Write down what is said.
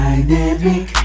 Dynamic